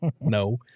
no